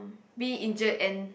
be injured and